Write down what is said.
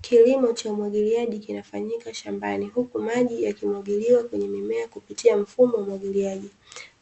Kilimo cha umwagiliaji kinafanyika shambani huku maji yakimwagiliwa kweye mimea kupitia mfumo wa umwagiliaji.